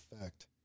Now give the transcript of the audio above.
effect